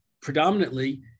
predominantly